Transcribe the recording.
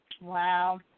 Wow